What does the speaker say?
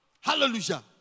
Hallelujah